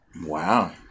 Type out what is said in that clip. Wow